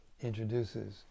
introduces